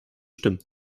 stimmen